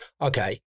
okay